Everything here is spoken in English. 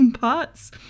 parts